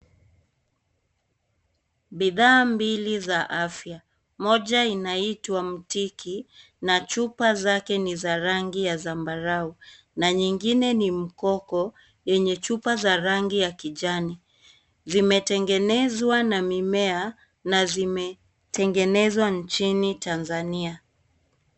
Bidhaa mbili za afya moja inaitwa mtiki na chupa zake ni za rangi ya zambarau na nyingine ni mkoko yenye chupa za rangi ya kijani . Zimetengenezwa na mimea na zimetengenezwa nchini Tanzania.